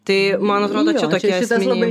tai man atrodo čia tokie esminiai